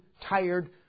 tired